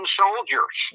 soldiers